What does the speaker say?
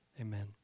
Amen